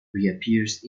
reappears